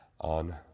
on